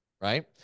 Right